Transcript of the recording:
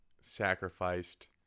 sacrificed